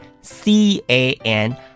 C-A-N